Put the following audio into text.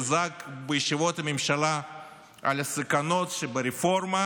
שזעק בישיבות ממשלה על הסכנות שברפורמה